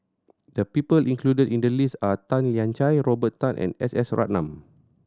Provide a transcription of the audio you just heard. the people included in the list are Tan Lian Chye Robert Tan and S S Ratnam